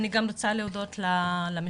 אני גם רוצה להודות למשפחת